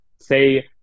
say